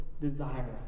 desire